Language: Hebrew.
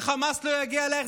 שחמאס לא יגיע אלייך,